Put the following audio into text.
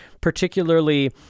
particularly